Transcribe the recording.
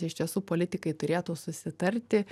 iš tiesų politikai turėtų susitarti